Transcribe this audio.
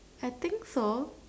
I think so